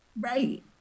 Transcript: Right